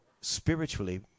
spiritually